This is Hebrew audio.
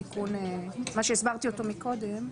התיקון שהסברתי אותו מקודם.